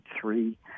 three